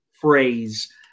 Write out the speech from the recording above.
phrase